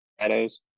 Shadows